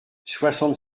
soixante